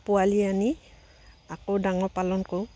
পোৱালি আনি আকৌ ডাঙৰ পালন কৰোঁ